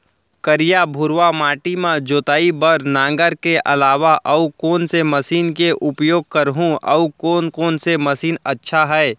करिया, भुरवा माटी म जोताई बार नांगर के अलावा अऊ कोन से मशीन के उपयोग करहुं अऊ कोन कोन से मशीन अच्छा है?